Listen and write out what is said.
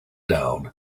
down